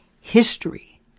History